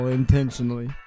intentionally